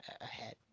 ahead